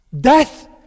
Death